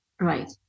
Right